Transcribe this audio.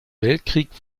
weltkrieg